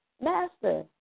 Master